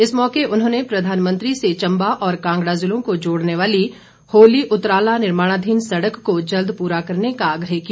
इस मौके उन्होंने प्रधानमंत्री से चंबा और कांगड़ा जिलो को जोड़ने वाली होली उतराला निर्माणाधीन सड़क को जल्द पूरा करने का आग्रह किया